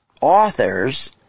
authors